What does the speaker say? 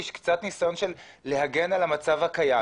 יש קצת ניסיון להגן על המצב הקיים.